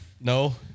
No